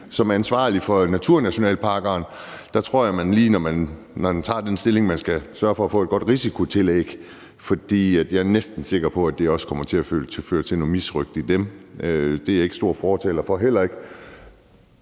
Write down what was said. Som ansvarlig for naturnationalparkerne tror jeg lige, at man, når man tager den stilling, skal sørge for at få et godt risikotillæg, for jeg er næsten sikker på, at det også kommer til at føre til noget misrøgt i dem. Det er jeg heller ikke stor fortaler for. Men i